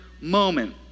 moment